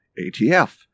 ATF